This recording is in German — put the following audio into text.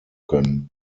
können